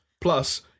Plus